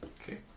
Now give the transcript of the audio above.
Okay